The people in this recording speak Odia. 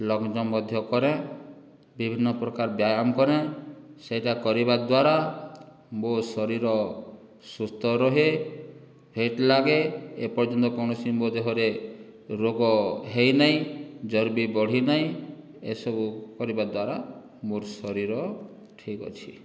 ଲଙ୍ଗଜମ୍ପ ମଧ୍ୟ କରେଁ ବଭିନ୍ନ ପ୍ରକାର ବ୍ୟାୟାମ କରେଁ ସେଇଟା କରିବା ଦ୍ୱାରା ମୋ' ଶରୀର ସୁସ୍ଥ ରହେ ଫିଟ ଲାଗେ ଏପର୍ଯ୍ୟନ୍ତ କୌଣସି ମୋ' ଦେହରେ ରୋଗ ହୋଇନାଇଁ ଚର୍ବି ବଢ଼ି ନାଇଁ ଏସବୁ କରିବା ଦ୍ୱାରା ମୋର ଶରୀର ଠିକ ଅଛି